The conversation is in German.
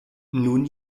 nun